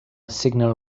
signal